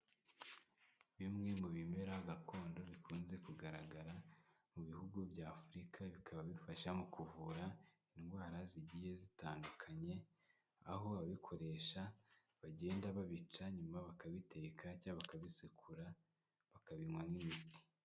Bimwe mu bimera gakondo bikunze kugaragara, mu bihugu bya Afurika bikaba bifasha mu kuvura indwara zigiye zitandukanye, aho ababikoresha bagenda babica nyuma bakabiteka cyangwa bakabisekura, bakabinywa nk'ibiti.